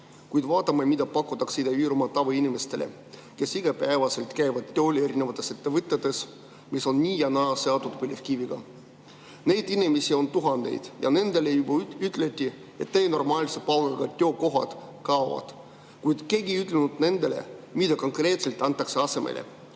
Kuid vaatame, mida pakutakse Ida-Virumaal tavainimestele, kes igapäevaselt käivad tööl erinevates ettevõtetes, mis on nii või naa seotud põlevkiviga. Neid inimesi on tuhandeid ja nendele juba öeldi, et nende normaalse palgaga töökohad kaovad. Kuid keegi ei ole nendele öelnud, mida konkreetselt antakse asemele.